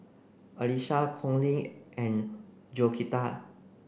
Alisa Conley and Georgetta